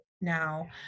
now